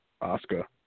Oscar